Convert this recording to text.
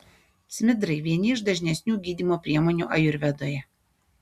smidrai vieni iš dažnesnių gydymo priemonių ajurvedoje